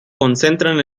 concentran